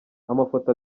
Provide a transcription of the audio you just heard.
amafoto